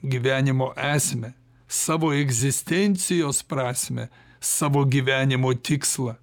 gyvenimo esmę savo egzistencijos prasmę savo gyvenimo tikslą